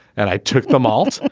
and i took them all.